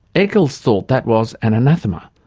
eccles thought that was an anathema,